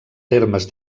termes